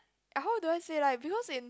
ah how do I say like because in